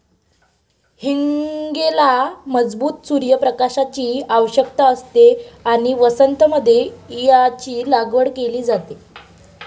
हींगेला मजबूत सूर्य प्रकाशाची आवश्यकता असते आणि वसंत मध्ये याची लागवड केली जाते